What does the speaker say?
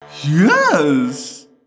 Yes